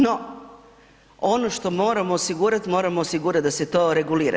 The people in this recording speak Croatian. No, ono što moramo osigurati moramo osigurati da se to regulira.